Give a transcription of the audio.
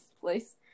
place